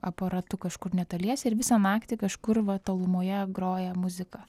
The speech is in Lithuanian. aparatu kažkur netoliese ir visą naktį kažkur va tolumoje groja muzika